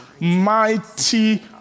mighty